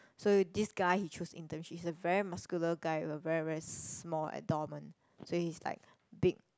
so you this guy he choose internship he's a very muscular guy a very very small abdomen so he's like big